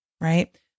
right